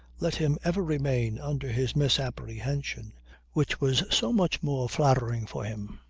let him ever remain under his misapprehension which was so much more flattering for him.